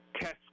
test